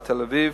בתל-אביב,